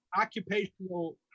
occupational